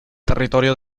territorio